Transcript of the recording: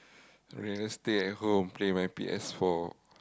I can just stay at home play my P_S-four